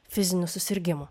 fizinių susirgimų